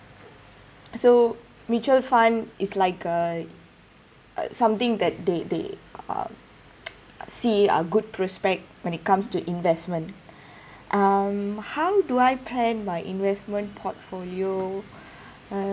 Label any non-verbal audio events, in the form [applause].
so mutual fund is like a uh something that they they um [noise] see are good prospect when it comes to investment [breath] um how do I plan my investment portfolio [breath] uh